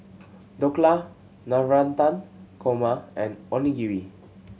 Dhokla Navratan Korma and Onigiri